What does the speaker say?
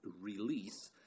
release